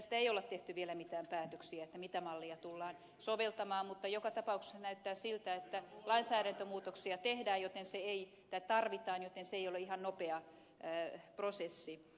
tästä ei ole tehty vielä mitään päätöksiä mitä mallia tullaan soveltamaan mutta joka tapauksessa näyttää siltä että laissa eräitä muutoksia tehdä joten se ei lainsäädäntömuutoksia tarvitaan joten se ei ole ihan nopea prosessi